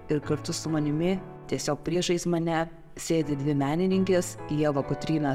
ir kartu su manimi tiesiog priešais mane sėdi dvi menininkės ieva kotryna